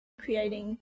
creating